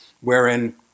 wherein